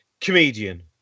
comedian